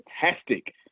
fantastic